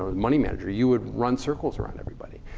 money manager, you would run circles around everybody.